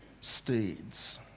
steeds